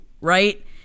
right